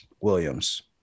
Williams